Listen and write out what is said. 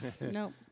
Nope